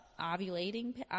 ovulating